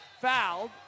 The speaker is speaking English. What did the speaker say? fouled